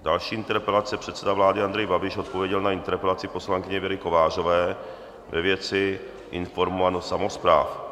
Další interpelace předseda vlády Andrej Babiš odpověděl na interpelaci poslankyně Věry Kovářové ve věci informovanost samospráv.